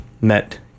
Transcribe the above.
Met